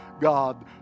God